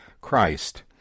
Christ